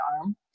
arm